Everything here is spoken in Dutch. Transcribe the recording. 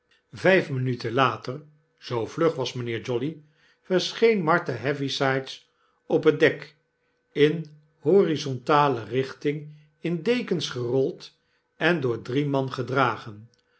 vyf minuten later zoo vlug was mynheer jolly verscheen martha heavysides op het dek in horizontale richting in dekens gerold en door drie man gedragen